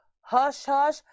hush-hush